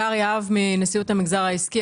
הגר יהב מנשיאות המגזר העסקי.